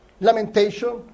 Lamentation